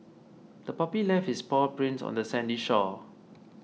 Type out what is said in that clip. the puppy left its paw prints on the sandy shore